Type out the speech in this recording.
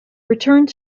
returned